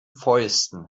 fäusten